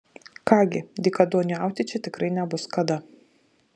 ką gi dykaduoniauti čia tikrai nebus kada